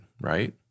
right